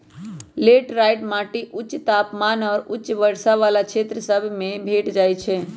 laterite माटि उच्च तापमान आऽ उच्च वर्षा वला क्षेत्र सभ में भेंट जाइ छै